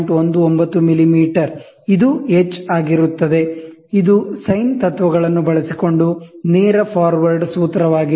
19 millimetre ಇದು h ಆಗಿರುತ್ತದೆ ಇದು ಸೈನ್ ತತ್ವಗಳನ್ನು ಬಳಸಿಕೊಂಡು ನೇರ ಫಾರ್ವರ್ಡ್ ಸೂತ್ರವಾಗಿದೆ